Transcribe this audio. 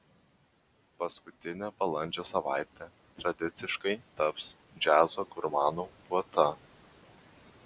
paskutinė balandžio savaitė tradiciškai taps džiazo gurmanų puota